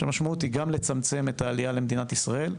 שהמשמעות היא גם לצמצם את העלייה למדינת ישראל,